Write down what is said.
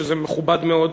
שזה מכובד מאוד,